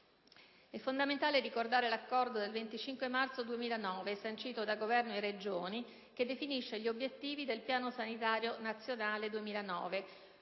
È fondamentale ricordare l'accordo del 25 marzo 2009 sancito da Governo e Regioni che definisce gli obiettivi del Piano sanitario nazionale 2009,